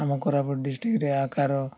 ଆମ କୋରାପୁଟ ଡିଷ୍ଟ୍ରିକ୍ଟରେ ଆକାର